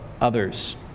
others